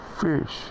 fish